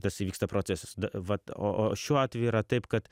tas įvyksta procesas vat o o šiuo atveju yra taip kad